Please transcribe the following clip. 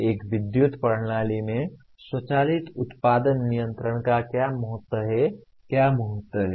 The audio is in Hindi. एक विद्युत प्रणाली में स्वचालित उत्पादन नियंत्रण का क्या महत्व है क्या महत्व है